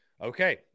Okay